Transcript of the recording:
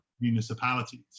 municipalities